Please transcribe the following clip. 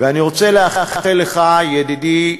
ואני רוצה לאחל לך, ידידי,